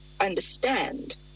understand